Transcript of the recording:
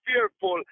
fearful